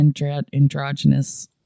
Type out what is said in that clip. androgynous